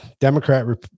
Democrat